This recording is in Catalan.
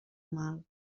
mal